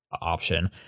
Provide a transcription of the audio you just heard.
option